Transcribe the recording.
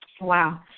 Wow